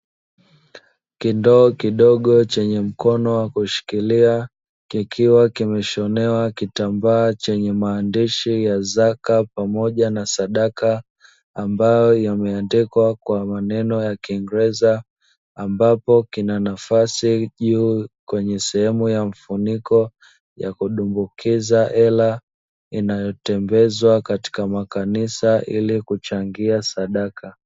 Kindoo kidogo chenye mkono wa kushikiria, kikiwa kimeshonewa kitambaa chenye maandishi ya zaka pamoja na sadaka; ambayo yameandikwa kwa maneno ya kiingereza, ambapo kina nafasi juu kwenye sehemu ya mfuniko ya kudumbukiza hela; inayotembezwa katika makanisa ili kuchangia sadaka.